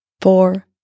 four